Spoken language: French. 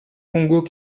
congo